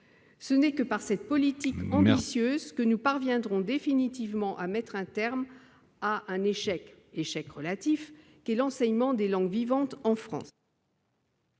Ce n'est que par cette politique ambitieuse que nous parviendrons définitivement à mettre un terme à l'échec relatif de l'enseignement des langues vivantes en France.